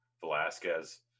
Velasquez